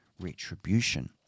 Retribution